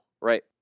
Right